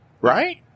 Right